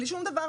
בלי שום דבר,